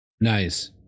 nice